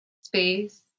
space